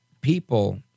people